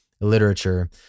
literature